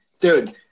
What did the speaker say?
Dude